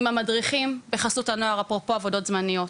עם המדריכים בחסות הנוער, אפרופו עבודות זמניות.